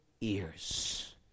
ears